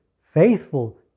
faithful